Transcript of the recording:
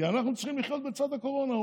כי אנחנו צריכים לחיות בצד הקורונה,